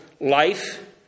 life